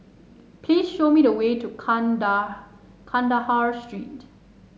please show me the way to Kanda Kandahar Street